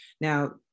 Now